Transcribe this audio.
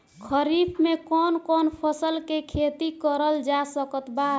खरीफ मे कौन कौन फसल के खेती करल जा सकत बा?